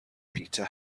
peter